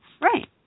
right